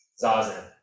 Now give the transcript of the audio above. Zazen